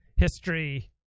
history